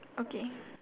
okay